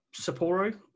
Sapporo